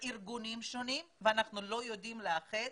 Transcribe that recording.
בין הארגונים השונים ואנחנו לא יודעים לאחד.